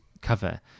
cover